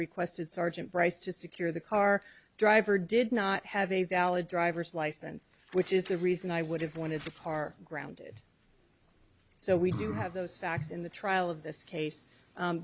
requested sergeant bryce to secure the car driver did not have a valid driver's license which is the reason i would have wanted to far grounded so we do have those facts in the trial of this case